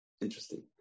Interesting